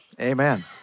Amen